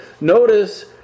Notice